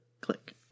click